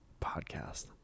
podcast